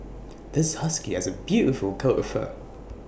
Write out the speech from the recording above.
this husky has A beautiful coat of fur